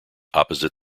opposite